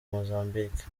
mozambique